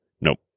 Nope